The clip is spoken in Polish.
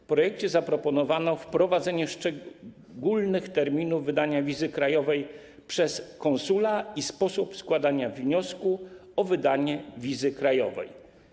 W projekcie zaproponowano wprowadzenie szczególnych terminów wydania wizy krajowej przez konsula i sposób składania wniosku o wydanie wizy krajowej.